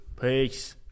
Peace